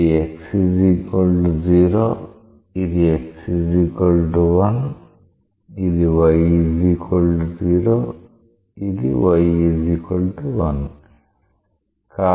ఇది x 0 ఇది x 1 ఇది y 0 ఇది y 1